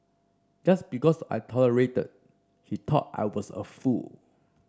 just because I tolerated he thought I was a fool